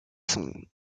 sont